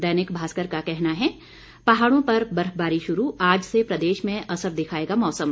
दैनिक भास्कर का कहना है पहाड़ों पर बर्फबारी शुरू आज से प्रदेश में असर दिखाएगा मौसम